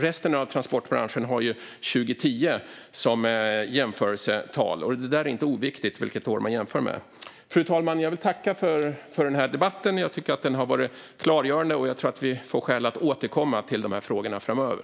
Resten av transportbranschen har 2010 som jämförelseår, och det är inte oviktigt vilket år man jämför med. Fru talman! Jag vill tacka för debatten. Jag tycker att den har varit klargörande, och jag tror att vi får skäl att återkomma till de här frågorna framöver.